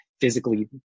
physically